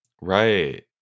Right